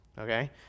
okay